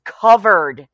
covered